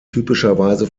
typischerweise